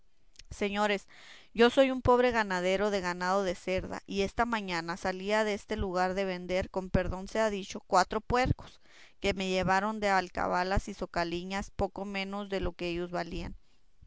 señores yo soy un pobre ganadero de ganado de cerda y esta mañana salía deste lugar de vender con perdón sea dicho cuatro puercos que me llevaron de alcabalas y socaliñas poco menos de lo que ellos valían